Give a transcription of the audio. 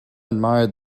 admired